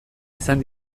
izan